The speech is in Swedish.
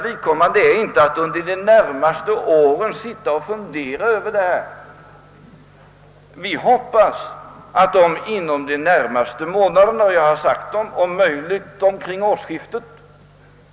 Uppdraget för dessa medarbetares vidkommande innebär sålunda inte att de skall under de närmaste åren sitta och fundera över frågorna.